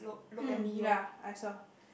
mm ya I saw